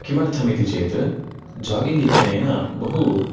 किमर्थमिति चेत् जागिङ्ग् इत्यनेन बहु